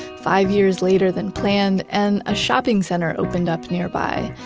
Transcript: five years later than planned and a shopping center opened up nearby,